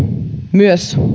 myös